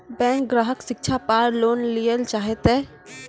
Bank ग्राहक शिक्षा पार लोन लियेल चाहे ते?